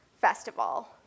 festival